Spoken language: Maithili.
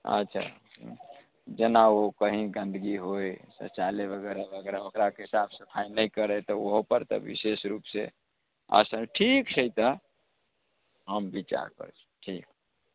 अच्छा जेना ओ कहीं गन्दगी होइ शौचालय वगैरह वगैरह ओकरा जे साफ सफाइ नहि करै तऽ ओहो पर तऽ बिशेष रूपसे आओर सब ठीऽक छै तऽ हम बिचार करब ठीक